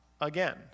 again